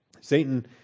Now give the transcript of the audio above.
Satan